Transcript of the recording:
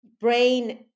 brain